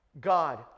God